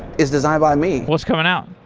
is designed by me what's coming out?